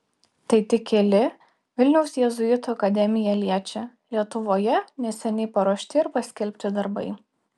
tai tik keli vilniaus jėzuitų akademiją liečią lietuvoje neseniai paruošti ir paskelbti darbai